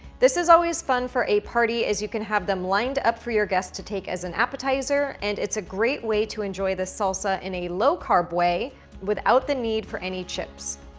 this is always fun for a party as you can have them lined up for your guests to take as an appetizer, and it's a great way to enjoy this salsa in a low carb way without the need for any chips.